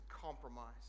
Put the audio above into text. Compromise